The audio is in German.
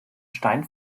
stein